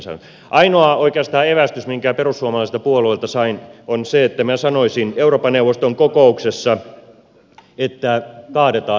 oikeastaan ainoa evästys minkä perussuomalaiselta puolueelta sain on se että minä sanoisin eurooppa neuvoston kokouksessa että kaadetaan euro